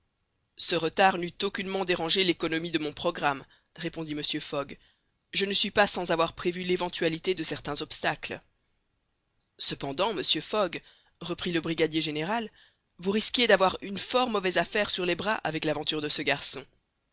ce retard n'eût aucunement dérangé l'économie de mon programme répondit mr fogg je ne suis pas sans avoir prévu l'éventualité de certains obstacles cependant monsieur fogg reprit le brigadier général vous risquiez d'avoir une fort mauvaise affaire sur les bras avec l'aventure de ce garçon